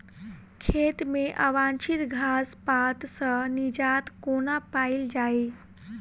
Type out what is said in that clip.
खेत मे अवांछित घास पात सऽ निजात कोना पाइल जाइ?